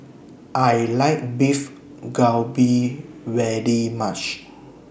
I like Beef Galbi very much